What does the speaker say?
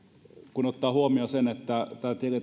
kun ottaa huomioon sen että tilille